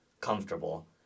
comfortable